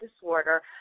disorder